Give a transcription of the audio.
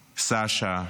סשה,